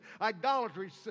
idolatry